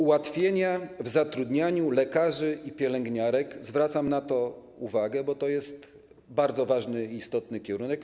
Ułatwienia w zatrudnianiu lekarzy i pielęgniarek - zwracam na to uwagę, bo to jest bardzo ważny i istotny kierunek.